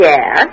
Yes